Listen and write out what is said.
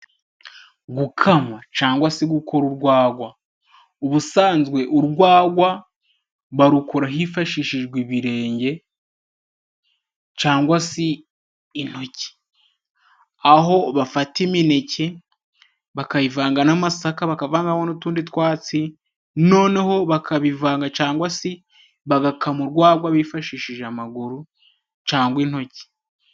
Gukama cangwa se gukora urwagwa : Ubusanzwe urwagwa barukora hifashishijwe ibirenge cangwa se intoki. Aho bafata imineke bakayivanga n'amasaka bakavangaho n'utundi twatsi, noneho bakabivanga cangwa se bagakama urwagwa bifashishije amaguru cangwa intoki.